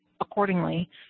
accordingly